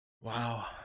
Wow